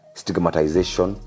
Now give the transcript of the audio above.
stigmatization